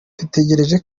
dutegereje